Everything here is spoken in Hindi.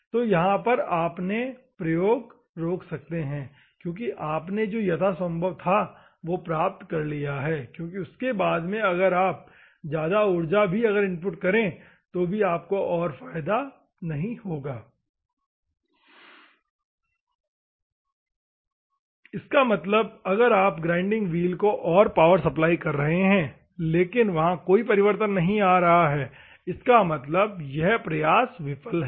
तो यहां पर आपने प्रयोग रोक सकते हैं क्योंकि आपने जो यथासंभव था वह प्राप्त कर लिया है क्योंकि उसके बाद में अगर आप ज्यादा उर्जा भी अगर इनपुट करें तो भी आपको और फायदा नहीं होगा इसका मतलब अगर आप ग्राइंडिंग व्हील को और पावर सप्लाई कर रहे हैं लेकिन वहां कोई परिवर्तन नहीं आ रहा है इसका मतलब यह प्रयास विफल है